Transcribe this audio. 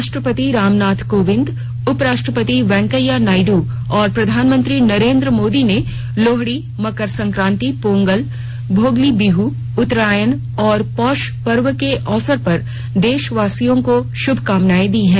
राष्ट्रपति रामनाथ कोविंद उपराष्ट्रपति वेंकैया नायड् और प्रधानमंत्री नरेंद्र मोदी ने लोहडी मकर संक्रांति पोंगल भोगाली बिहू उत्तरायण और पौष पर्व के अवसर पर देशवासियों को शुभकामनाएं दी हैं